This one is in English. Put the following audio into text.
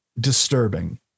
disturbing